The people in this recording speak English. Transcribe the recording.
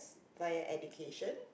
like your education